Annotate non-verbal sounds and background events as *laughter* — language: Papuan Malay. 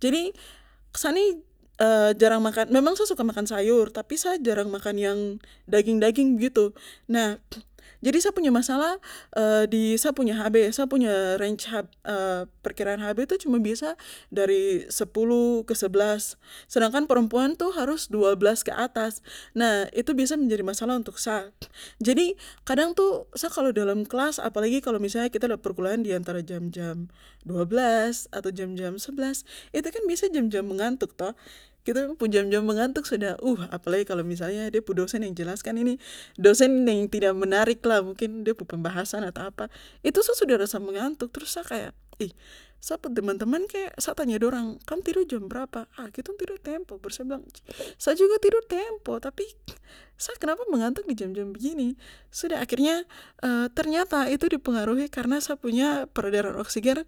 Jadi sa nih *hesitation* jarang makan memang sa suka makan sayur tapi sa jarang makan yang daging daging begitu nah *noise* jadi sa punya masalah *hesitation* di sa punya hb sa punya *hesitation* range hb *hesitation* perkiraan hb itu cuma biasa dari sepuluh ke sebelas sedangkan perempuan tuh harus dua belas ke atas nah itu biasa menjadi masalah untuk sa *noise* jadi kadang tuh sa kalo dalam kelas apalagi kalo misalnya kita ada perkuliahan diantara jam jam dua belas atau jam jam sebelas itu kan biasa jam jam mengantuk toh kitong punya jam jam mengantuk sudah *hesitation* apalagi kalo sudah de pu dosen yang jelaskan ini dosen yang tidak menariklah mungkin de pu pembahasan atau apa itu sa sudah rasa mengantuk trus sa kaya ih sa pu teman teman kaya sa tanya dorang kam tidur jam berapa ah kitong tidur tempo sa juga bilang sa juga tidur tempo tapi sa kenapa mengantuk di jam jam begini sudah akhirnya *hesitation* ternyata itu di pengaruhi karena sa punya peredaran oksigen